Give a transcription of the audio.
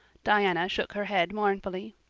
diana shook her head mournfully.